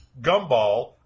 Gumball